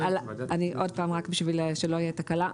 עוד פעם רק בשביל שלא תהיה תקלה.